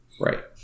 Right